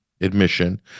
admission